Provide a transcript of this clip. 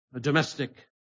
domestic